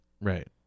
Right